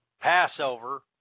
Passover